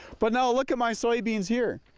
but now look at my soybeans here.